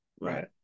Right